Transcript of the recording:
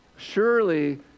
Surely